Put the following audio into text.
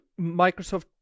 Microsoft